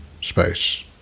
space